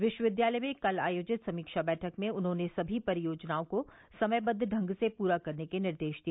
विश्वविद्यालय में कल आयोजित समीक्षा बैठक में उन्होंने समी परियोजनाओं को समयबद्द ढंग से पूर्ण करने के निर्देश दिए